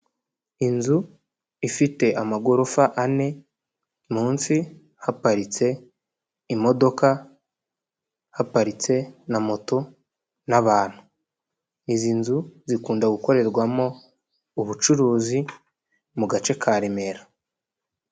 Inzu ifite amagorofa ane munsi haparitse imodoka, haparitse na moto n'abantu. Izi nzu zikunda gukorerwamo ubucuruzi mu gace ka Remera.